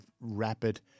rapid